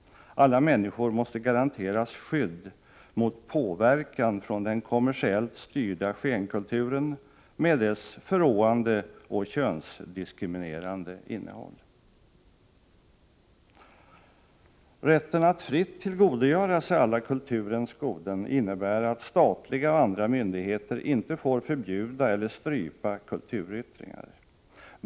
Alla människor måste garanteras skydd mot påverkan från den kommersiellt styrda skenkulturen med dess förråande och könsdiskriminerande innehåll. Rätten att fritt tillgodogöra sig alla kulturens goden innebär att statliga och andra myndigheter inte får förbjuda eller strypa kulturyttringar.